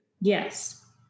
Yes